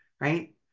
Right